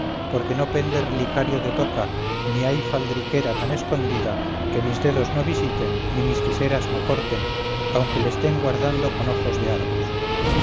porque no pende relicario de toca ni hay faldriquera tan escondida que mis dedos no visiten ni mis tiseras no corten aunque le estén guardando con ojos de argos